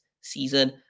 season